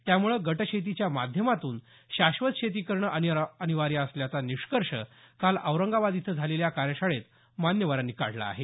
त्यामुळे गटशेतीच्या माध्यमातून शाश्वत शेती करणे अनिवार्य असल्याचा निष्कर्ष काल औरंगाबाद इथं झालेल्या कार्यशाळेत मान्यवरांनी काढला आहे